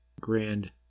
grand